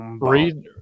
read